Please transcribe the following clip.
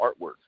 artwork